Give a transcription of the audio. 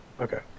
Okay